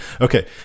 Okay